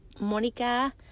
Monica